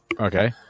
Okay